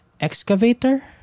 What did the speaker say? excavator